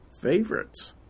favorites